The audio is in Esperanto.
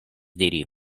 diri